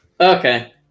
okay